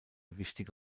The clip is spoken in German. wichtige